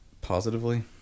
Positively